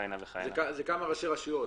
זה גם כמה ראשי רשויות